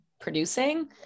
producing